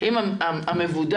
תלוי עם מי נמצא המבודד.